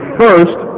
first